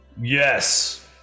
yes